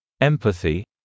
Empathy